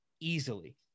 easily